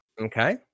Okay